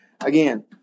again